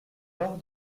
laure